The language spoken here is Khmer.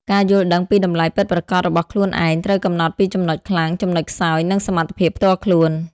ការយល់ដឹងពីតម្លៃពិតប្រាកដរបស់ខ្លួនឯង ត្រូវកំណត់ពីចំណុចខ្លាំង ចំណុចខ្សោយ និងសមត្ថភាពផ្ទាល់ខ្លួន។